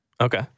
Okay